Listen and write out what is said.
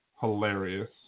Hilarious